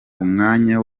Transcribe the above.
umwanya